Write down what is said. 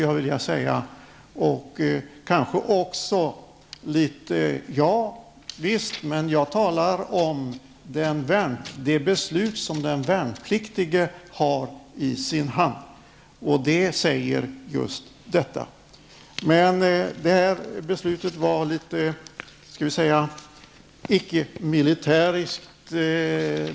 Jag talar alltså om det beslut som den värnpliktige har i sin hand som säger just detta.